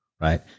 Right